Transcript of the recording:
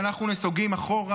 ואנחנו נסוגים אחורה.